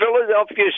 Philadelphia